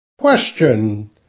Question